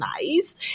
nice